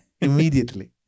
Immediately